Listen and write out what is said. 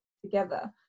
Together